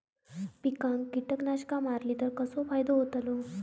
पिकांक कीटकनाशका मारली तर कसो फायदो होतलो?